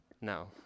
no